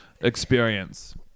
experience